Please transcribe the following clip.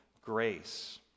grace